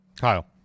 Kyle